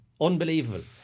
Unbelievable